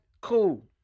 cool